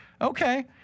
Okay